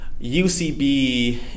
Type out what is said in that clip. UCB